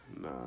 Nah